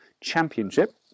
Championship